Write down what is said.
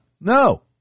no